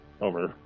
over